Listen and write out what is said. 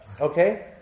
okay